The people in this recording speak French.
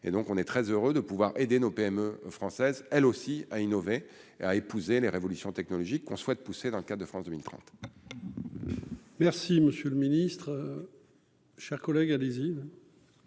et donc on est très heureux de pouvoir aider nos PME françaises, elle aussi, à innover, à épouser les révolutions technologiques qu'on soit pousser dans le cas de France 2030. Merci monsieur le ministre, chers collègues, allez-y.